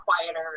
quieter